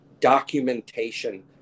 documentation